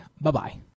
Bye-bye